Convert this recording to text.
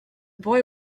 boy